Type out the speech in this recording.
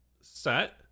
set